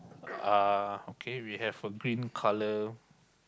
uh okay we have a green color